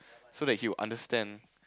so that he will understand